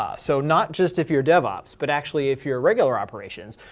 ah so not just if you're devops, but actually if you're regular operations,